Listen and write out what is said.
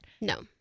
No